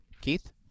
Keith